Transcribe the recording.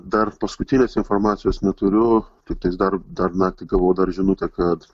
dar paskutinės informacijos neturiu tik tais dar dar naktį gavau dar žinutę kad